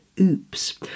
oops